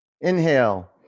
inhale